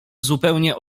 zupełnie